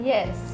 Yes